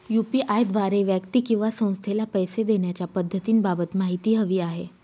UPI द्वारे व्यक्ती किंवा संस्थेला पैसे देण्याच्या पद्धतींबाबत माहिती हवी आहे